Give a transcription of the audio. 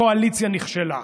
הקואליציה נכשלה.